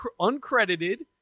uncredited